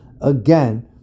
again